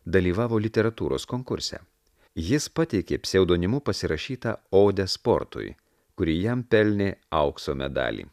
dalyvavo literatūros konkurse jis pateikė pseudonimu pasirašytą odę sportui kuri jam pelnė aukso medalį